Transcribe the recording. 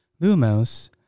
Lumos